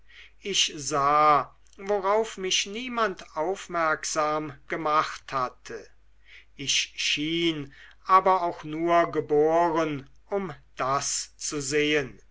ich sah worauf mich niemand aufmerksam gemacht hatte ich schien aber auch nur geboren um das zu sehen